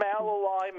malalignment